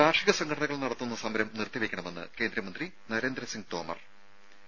കാർഷിക സംഘടനകൾ നടത്തുന്ന സമരം നിർത്തിവെക്കണമെന്ന് കേന്ദ്രമന്ത്രി നരേന്ദ്രസിംഗ് തോമർ ആവശ്യപ്പെട്ടു